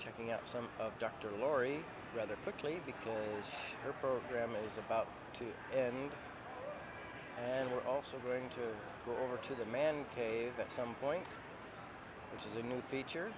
checking up some of dr laurie rather quickly because the program is about to and and we're also going to go over to the man cave at some point which is a new fea